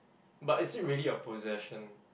but is it really a possession